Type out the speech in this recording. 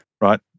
Right